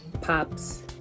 Pops